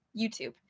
YouTube